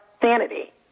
sanity